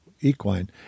equine